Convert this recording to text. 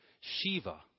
Shiva